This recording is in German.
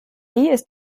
ist